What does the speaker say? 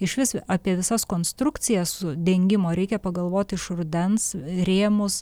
išvis apie visas konstrukcijas dengimo reikia pagalvoti iš rudens rėmus